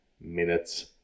minutes